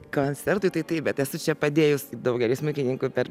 koncertai tai taip bet esu čia padėjus daugeliui smuikininkų per